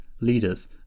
leaders